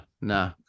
no